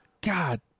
God